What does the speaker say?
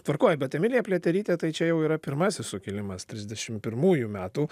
tvarkoj bet emilija pliaterytė tai čia jau yra pirmasis sukilimas trisdešim pirmųjų metų